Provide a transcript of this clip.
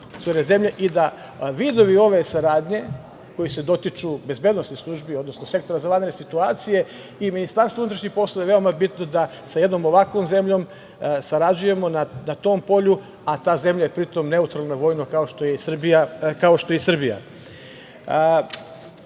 i da vidovi ove saradnje koji se dotiču bezbednosnih službi, odnosno sektora za vanredne situacije i MUP-a, veoma je bitno da sa jednom ovakvom zemljom sarađujemo na tom polju, a ta zemlja je pritom neutralna vojno, kao što je i